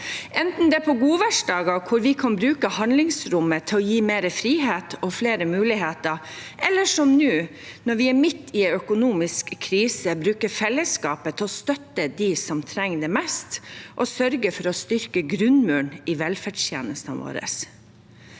Enten det er på godværsdager, hvor vi kan bruke handlingsrommet til å gi mer frihet og flere muligheter, eller som nå, når vi er midt i en økonomisk krise, bruker vi fellesskapet til å støtte dem som trenger det mest, og sørger for å styrke grunnmuren i velferdstjenestene våre.